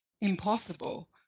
impossible